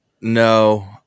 No